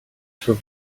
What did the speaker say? faut